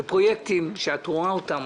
אלה פרויקטים שאת רואה אותם,